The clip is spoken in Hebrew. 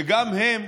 וגם הם,